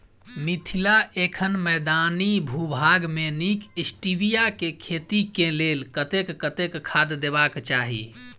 मिथिला एखन मैदानी भूभाग मे नीक स्टीबिया केँ खेती केँ लेल कतेक कतेक खाद देबाक चाहि?